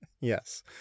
Yes